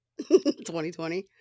2020